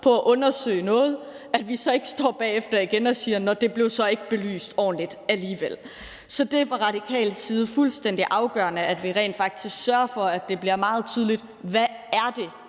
på at undersøge noget, bagefter står og igen siger: Nå, det blev så ikke belyst ordentligt alligevel. Det er fra Radikales side fuldstændig afgørende, at vi rent faktisk sørger for, at det bliver meget tydeligt, hvad der